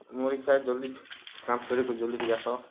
ମୋର୍ ଇଚ୍ଛା ଜଲ୍ଦି କାମ୍ ସରେଇ କରି ଜଲ୍ଦି ଟିକେ ଆସ